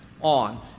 on